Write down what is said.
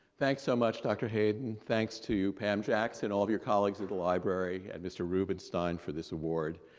thanks so much dr. hayden. thanks to you pam jackson, all of your colleagues at the library and mr. rubenstein for this award.